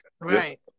Right